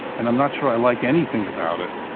and i'm not sure i like anything about it,